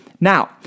Now